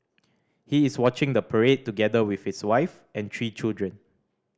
he is watching the parade together with his wife and three children